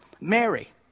Mary